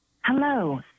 Hello